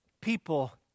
people